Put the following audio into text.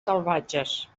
salvatges